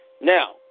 now